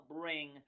bring